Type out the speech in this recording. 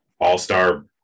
all-star